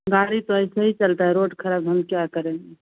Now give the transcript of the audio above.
गाड़ी तो ऐसे ही चलती है रोड खराब है हम क्या करेंगे